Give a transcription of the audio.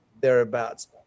thereabouts